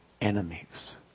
enemies